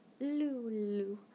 Lulu